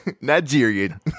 Nigerian